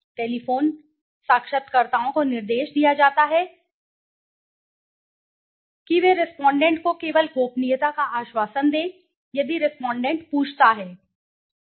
telephone साक्षात्कारकर्ताओं को निर्देश दिया जाता है कि वे रेस्पोंडेंट को केवल गोपनीयता का आश्वासन दें यदि रेस्पोंडेंटपूछता है